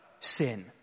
sin